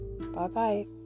Bye-bye